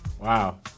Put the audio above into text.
Wow